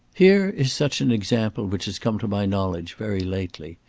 here is such an example which has come to my knowledge very lately.